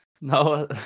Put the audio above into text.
No